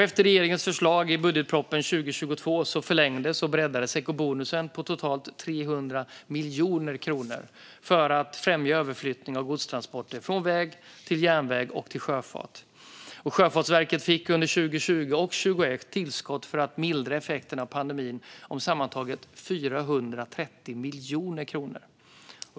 Efter regeringens förslag i budgetpropositionen för 2022 förlängdes och breddades ekobonusen på totalt 300 miljoner kronor för att främja överflyttning av godstransporter från väg till järnväg och sjöfart. Och Sjöfartsverket fick under 2020 och 2021 tillskott för att mildra effekterna av pandemin om sammantaget 430 miljoner kronor.